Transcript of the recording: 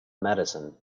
medicine